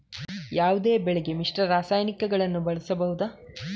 ಯಾವುದೇ ಬೆಳೆಗೆ ಮಿಶ್ರ ರಾಸಾಯನಿಕಗಳನ್ನು ಬಳಸಬಹುದಾ?